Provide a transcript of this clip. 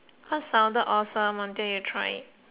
what sounded awesome until you try it